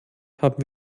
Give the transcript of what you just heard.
haben